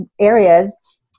areas